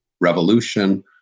Revolution